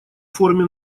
форме